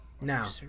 now